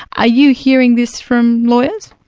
are you hearing this from lawyers?